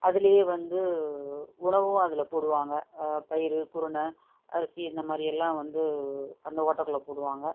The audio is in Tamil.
அதுலேயே வந்து உணவும் அதில் போடுவாங்க பயிறு குருணை அரிசி இந்த மாதிரில்லாம் வந்து அந்த ஓட்டைக்குள்ள போடுவாங்கள்